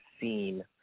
seen